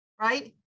right